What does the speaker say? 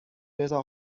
رضا